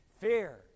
Fear